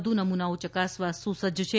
વધુ નમૂનાઓ ચકાસવા સુસજ્જ છે